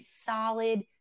solid